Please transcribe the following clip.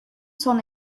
son